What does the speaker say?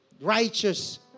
righteous